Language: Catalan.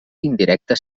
indirecta